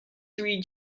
three